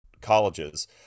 colleges